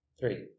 three